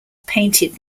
painted